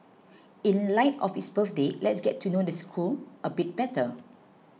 in light of its birthday let's get to know the school a bit better